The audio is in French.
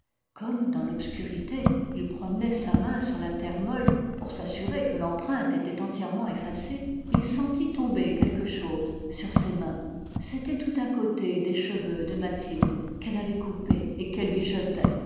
comme dans l'obscurité il promenait sa main sur la terre molle pour s'assurer que l'empreinte était entièrement effacée il sentit tomber quelque chose sur ses mains c'était tout un côté des cheveux de mathilde qu'elle avait coupé et qu'elle lui jetait